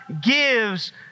gives